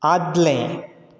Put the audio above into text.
आदलें